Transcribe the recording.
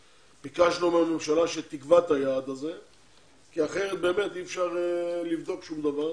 ביקשנו מהממשלה שתקבע את היעד הזה כי אחרת באמת אי אפשר לבדוק שום דבר